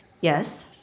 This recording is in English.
Yes